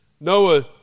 Noah